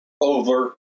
over